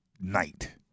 night